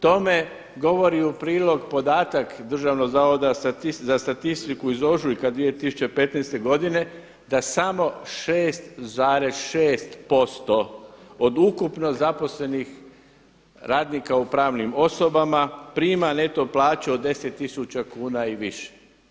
Tome govori u prilog podatak Državnog zavoda za statistiku iz ožujka 2015. godine da samo 6,6% od ukupno zaposlenih radnika u pravnim osobama prima neto plaću od 10 tisuća kuna i više.